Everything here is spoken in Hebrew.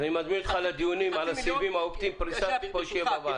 אני מזמין אותך לדיונים על פריסת הסיבים האופטיים שיהיו פה בוועדה.